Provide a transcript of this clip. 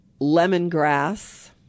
lemongrass